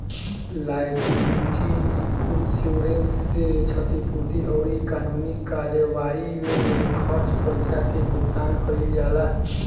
liability insurance से क्षतिपूर्ति अउरी कानूनी कार्यवाई में खर्च पईसा के भुगतान कईल जाला